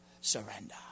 surrender